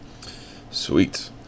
sweet